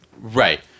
Right